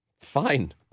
Fine